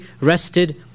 rested